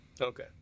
Okay